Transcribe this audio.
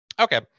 Okay